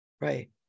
Right